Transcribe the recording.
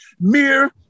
mere